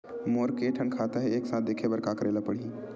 मोर के थन खाता हे एक साथ देखे बार का करेला पढ़ही?